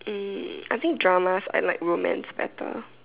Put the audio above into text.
um I think dramas I like romance better